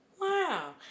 Wow